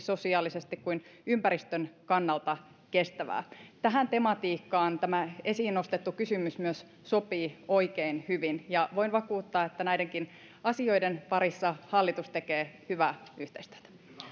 sosiaalisesti kuin ympäristön kannalta kestävää myös tähän tematiikkaan tämä esiin nostettu kysymys sopii oikein hyvin ja voin vakuuttaa että näidenkin asioiden parissa hallitus tekee hyvää yhteistyötä